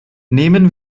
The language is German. nehmen